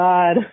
God